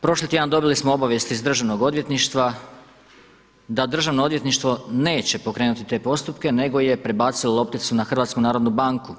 Prošli tjedan dobili smo obavijesti iz Državnog odvjetništva, da Državno odvjetništvo neće pokrenuti te postupke nego je prebacilo lopticu na HNB.